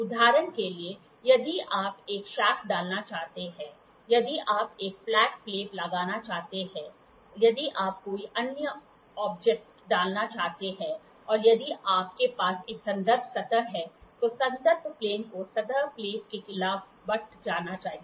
उदाहरण के लिए यदि आप एक शाफ्ट डालना चाहते हैं यदि आप एक फ्लैट प्लेट लगाना चाहते हैं यदि आप कोई अन्य ऑब्जेक्ट डालना चाहते हैं और यदि आपके पास एक संदर्भ सतह है तो संदर्भ प्लेन को सतह प्लेट के खिलाफ बट जाना चाहिए